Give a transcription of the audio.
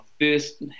first